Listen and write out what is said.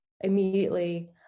immediately